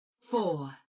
four